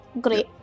great